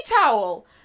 towel